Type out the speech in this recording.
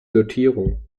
sortierung